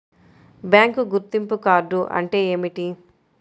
Bank గుర్తింపు card అంటే ఏమిటి?